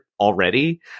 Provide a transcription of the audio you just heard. already